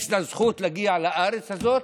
יש להם זכות להגיע לארץ הזאת,